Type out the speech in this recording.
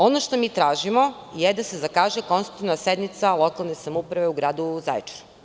Ono što mi tražimo je da se zakaže konstitutivna sednica lokalne samouprave u gradu Zaječaru.